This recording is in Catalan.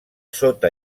sota